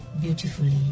beautifully